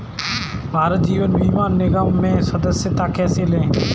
भारतीय जीवन बीमा निगम में सदस्यता कैसे लें?